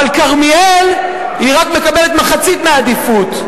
אבל כרמיאל מקבלת רק מחצית מהעדיפות.